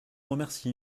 remercie